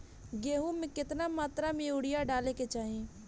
गेहूँ में केतना मात्रा में यूरिया डाले के चाही?